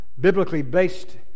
biblically-based